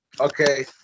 Okay